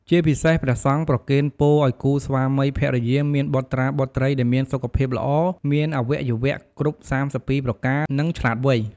ជាពិសេស ព្រះសង្ឃប្រគេនពរឲ្យគូស្វាមីភរិយាមានបុត្រាបុត្រីដែលមានសុខភាពល្អ មានអាវៈយុវៈគ្រប់៣២ប្រការ និងឆ្លាតវៃ។